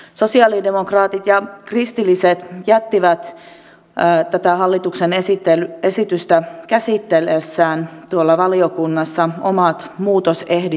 sosialidemokraatit ja kristilliset jättivät tätä hallituksen esitystä käsitellessään valiokunnassa omat muutosehdotukset esitykseen